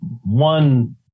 one